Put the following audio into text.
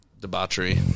debauchery